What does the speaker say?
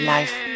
Life